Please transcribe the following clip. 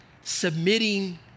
submitting